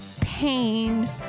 pain